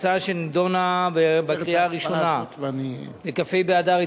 הצעה שנדונה בקריאה הראשונה בכ"ה באדר התשע"ב,